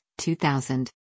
2000